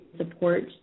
support